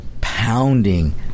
pounding –